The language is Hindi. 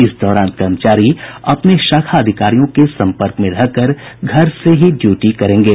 इस दौरान कर्मचारी अपने शाखा अधिकारियों के सम्पर्क में रह कर घर से ही ड्यूटी करेंगे